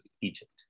Egypt